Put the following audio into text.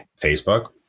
facebook